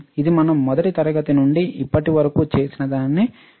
ఇది మనం మొదటి తరగతి నుండి ఇప్పటి వరకు చేసినదానిని కలిగి ఉంటుంది